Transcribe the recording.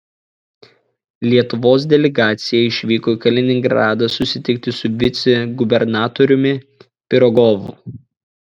lietuvos delegacija išvyko į kaliningradą susitikti su vicegubernatoriumi pirogovu